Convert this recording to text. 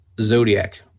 Zodiac